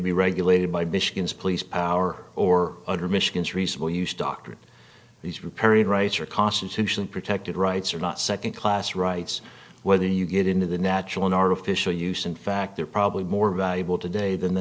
be regulated by michigan's police power or under michigan's reasonable use doctrine these riparian rights are constitutionally protected rights are not second class rights whether you get into the natural in artificial use in fact they're probably more valuable today than the